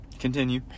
Continue